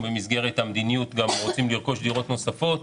במסגרת המדיניות רוצים לרכוש דירות נוספות.